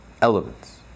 elements